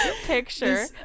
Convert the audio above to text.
picture